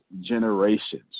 generations